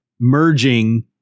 merging